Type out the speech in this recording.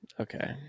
Okay